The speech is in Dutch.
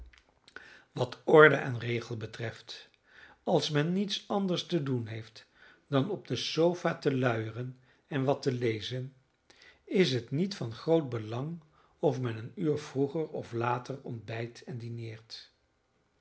wat orde en regel betreft als men niets anders te doen heeft dan op de sofa te luieren en wat te lezen is het niet van groot belang of men een uur vroeger of later ontbijt en dineert